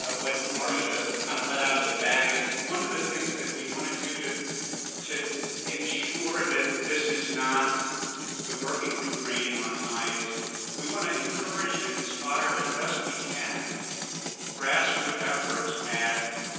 what marcia kind of let out of the bag is one of the things that we want to do to to ensure that this is not the working group reigning on high is we want to encourage and inspire as best we can grassroot efforts at